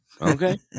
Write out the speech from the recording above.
okay